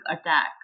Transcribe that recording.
attack